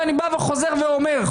ואני חוזר ואומר,